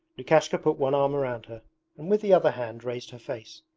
lukashka put one arm round her and with the other hand raised her face.